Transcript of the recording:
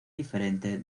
diferente